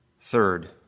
Third